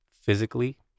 physically